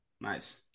Nice